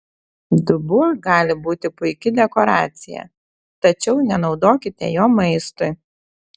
dubuo gali būti puiki dekoracija tačiau nenaudokite jo maistui